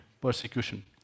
persecution